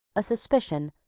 a suspicion,